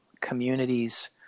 communities